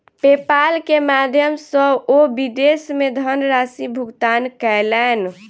PayPal के माध्यम सॅ ओ विदेश मे धनराशि भुगतान कयलैन